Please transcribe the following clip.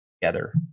together